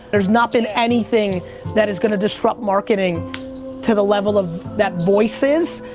there's not been anything that is gonna disrupt marketing to the level of that voices,